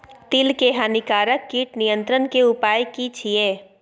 तिल के हानिकारक कीट नियंत्रण के उपाय की छिये?